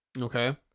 Okay